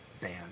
band